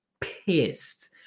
Pissed